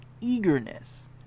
eagerness